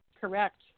correct